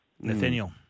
Nathaniel